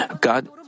God